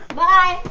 bye